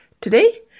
Today